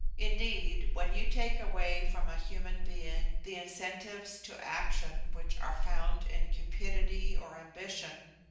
indeed, when you take away from a human being the incentives to action which are found in cupidity or ambition,